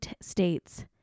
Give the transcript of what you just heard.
states